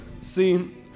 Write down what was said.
See